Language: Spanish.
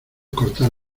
cortar